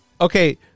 okay